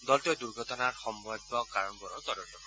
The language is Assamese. দলটোৱে দুৰ্ঘটনাৰ সম্ভাৱিত কাৰণবোৰৰ তদন্ত কৰিব